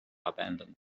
abandon